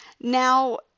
Now